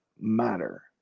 matter